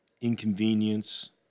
Inconvenience